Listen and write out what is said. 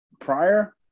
prior